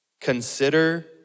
consider